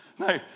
No